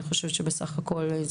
בסך הכול היה